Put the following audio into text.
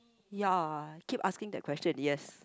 ya keep asking that question yes